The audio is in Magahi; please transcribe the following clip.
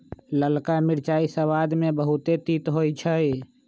ललका मिरचाइ सबाद में बहुते तित होइ छइ